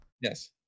Yes